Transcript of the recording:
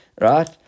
Right